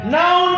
now